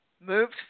moved